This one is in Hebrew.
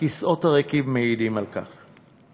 הכיסאות הריקים מעידים על כך.